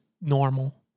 normal